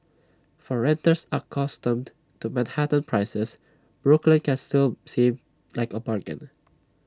for renters accustomed to Manhattan prices Brooklyn can still seem like A bargain